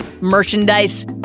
merchandise